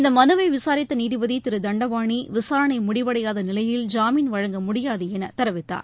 இந்த மனுவை விசாரித்த நீதிபதி திரு தண்டபாணி விசாரணை முடிவடையாத நிலையில் ஜாமீன் வழங்க முடியாது என தெரிவித்தார்